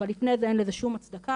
אבל לפני זה אין לזה שום הצדקה,